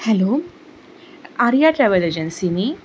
hello Arya travel agency न्ही